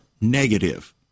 negative